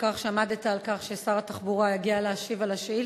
על כך שעמדת על כך ששר התחבורה יגיע להשיב על השאילתא.